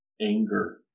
anger